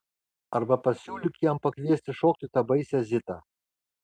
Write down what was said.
arba pasiūlyk jam pakviesti šokti tą baisią zitą